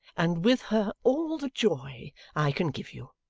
and with her all the joy i can give you.